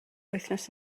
wythnos